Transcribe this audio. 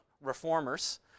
reformers